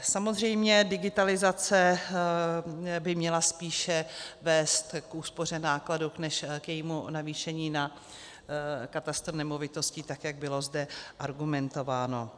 Samozřejmě digitalizace by měla spíše vést k úspoře nákladů než k jejímu navýšení na katastr nemovitostí, tak jak bylo zde argumentováno.